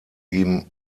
ihm